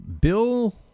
Bill